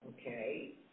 okay